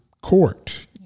court